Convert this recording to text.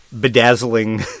bedazzling